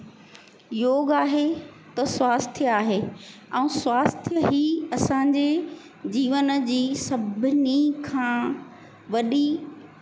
योगु आहे त स्वास्थ्य आहे ऐं स्वास्थ्य ई असांजे जीवन जी सभिनी खां वॾी